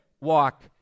walk